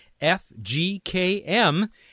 F-G-K-M